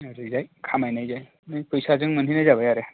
ओरैजाय खामायनायजों नों फैसाजों मोनहैनाय जाबाय आरो